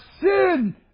sin